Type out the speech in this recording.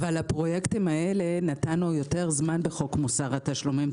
אבל לפרויקטים האלה נתנו יותר זמן בחוק מוסר התשלומים.